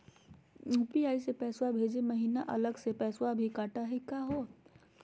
UPI स पैसवा भेजै महिना अलग स पैसवा भी कटतही का हो?